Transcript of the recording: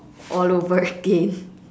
all over again